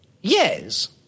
Yes